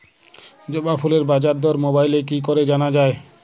জবা ফুলের বাজার দর মোবাইলে কি করে জানা যায়?